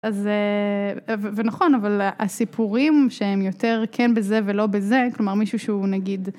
אז ונכון, אבל הסיפורים שהם יותר כן בזה ולא בזה, כלומר מישהו שהוא נגיד.